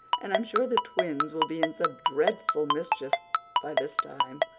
and i'm sure the twins will be in some dreadful mischief by this time.